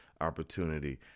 opportunity